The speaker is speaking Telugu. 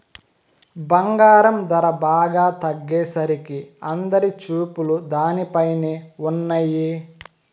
బంగారం ధర బాగా తగ్గేసరికి అందరి చూపులు దానిపైనే ఉన్నయ్యి